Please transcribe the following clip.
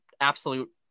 absolute